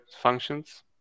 functions